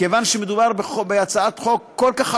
כיוון שמדובר בהצעת חוק כל כך חשובה.